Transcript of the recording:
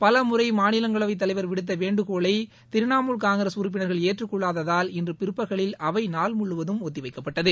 பலமுறை மாநிலங்களவை தலைவர் விடுத்த வேண்டுகோளை திரிணாமுல் காங்கிரஸ் உறுப்பினர்கள் ஏற்று கொள்ளாததால் இன்று பிற்பகலில் அவை நாள் முழுவதும் ஒத்திவைக்கப்பட்டது